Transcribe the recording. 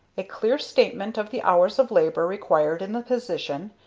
a clear statement of the hours of labor required in the position,